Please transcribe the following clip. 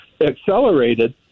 accelerated